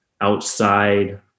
outside